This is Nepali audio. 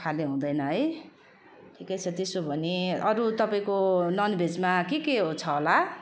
फाले हुँदैन है ठिकै छ त्यसो भने अरू तपाईँको नन भेजमा के के छ होला